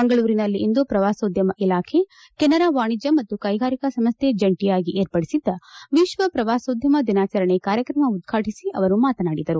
ಮಂಗಳೂರಿನಲ್ಲಿಂದು ಪ್ರವಾಸೋದ್ಯಮ ಇಲಾಖೆ ಕೆನರಾ ವಾಣಿಜ್ಯ ಮತ್ತು ಕೈಗಾರಿಕಾ ಸಂಸ್ಥೆ ಜಂಟಿಯಾಗಿ ಏರ್ಪಡಿಸಿದ್ದ ವಿಶ್ವ ಪ್ರವಾಸೋದ್ಯಮ ದಿನಾಚರಣೆ ಕಾರ್ಯಕ್ರಮ ಉದ್ಘಾಟಿಸಿ ಅವರು ಮಾತನಾಡಿದರು